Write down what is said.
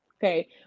Okay